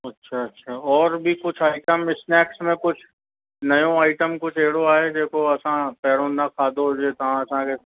अच्छा अच्छा और बि कुझु आईटम स्नैक्स में कुझु नओं आईटम कुझु अहिड़ो आहे जेको असां पहिरों न खाधो हुजे तव्हां असांखे